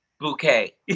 bouquet